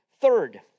Third